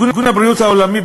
בשנת 2010 ארגון הבריאות העולמי,